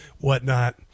whatnot